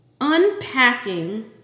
Unpacking